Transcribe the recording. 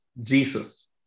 Jesus